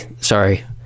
sorry